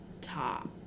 top